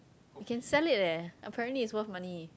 you can sell it eh apparently it's worth money